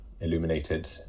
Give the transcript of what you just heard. illuminated